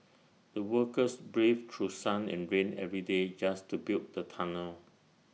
the workers braved through sun and rain every day just to build the tunnel